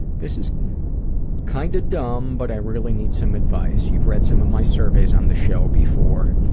this is kinda dumb, but i really need some advice. you've read some of my surveys on the show before.